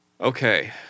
Okay